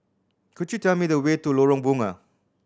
could you tell me the way to Lorong Bunga